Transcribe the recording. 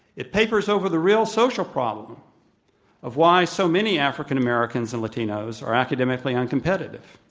it papers over the real social problem of why so many african americans and latinos are academically uncompetitive.